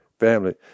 family